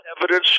evidence